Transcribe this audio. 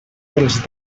dels